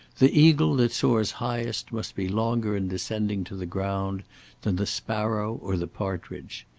the eagle that soars highest must be longer in descending to the ground than the sparrow or the partridge.